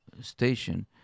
station